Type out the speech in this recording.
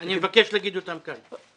אני מבקש להגיד אותם כאן.